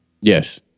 Yes